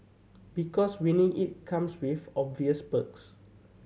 because winning it comes with obvious perks